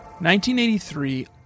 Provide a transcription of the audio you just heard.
1983